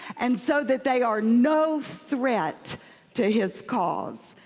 and so that they are no threat to his cause.